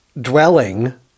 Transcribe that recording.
dwelling